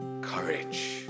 courage